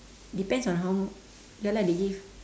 depends on how ya lah they give